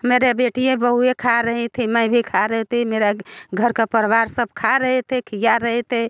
मेरे बेटियाँ बहुएं खा रहीं थी मैं भी खा रही थी मेरा घर का परिवार सब खा रहे थे खिला रहे थे